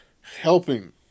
helping